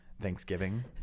Thanksgiving